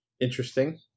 Interesting